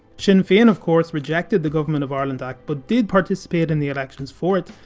sinn fein of course rejected the government of ireland act but did participate in the elections for it,